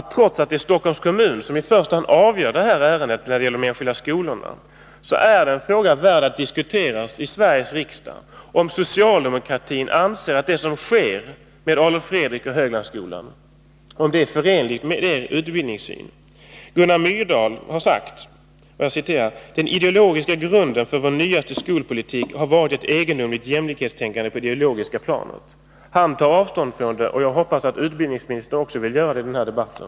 Trots att det är Stockholms kommun som i första hand avgör ärendet när det gäller de enskilda skolorna är ändå frågan värd att diskuteras i Sveriges riksdag, om socialdemokratin anser att det som sker med Adolf Fredriks musikskola och Höglandsskolan är förenligt med socialdemokratins utbildningssyn. 3 Gunnar Myrdal har sagt att den ideologiska grunden för vår nyaste skolpolitik har varit ett egendomligt jämlikhetstänkande på det ideologiska planet. Han tar avstånd från detta, och jag hoppas att utbildningsministern också vill göra det i den här debatten.